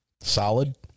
solid